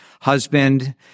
husband